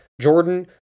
Jordan